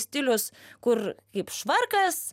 stilius kur kaip švarkas